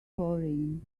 chlorine